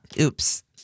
Oops